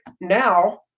now